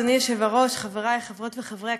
אדוני היושב-ראש, חבריי חברות וחברי הכנסת,